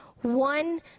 One